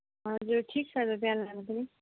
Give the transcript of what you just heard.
हजुर ठिक छ त त्यहाँ लानु पनि